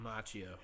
Macchio